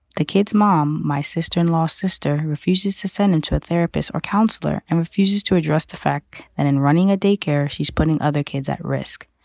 the kid's mom my sister in law sister refuses to send him and to a therapist or counselor and refuses to address the fact that in running a daycare she's putting other kids at risk.